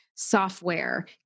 software